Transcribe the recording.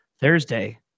Thursday